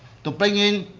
to bring in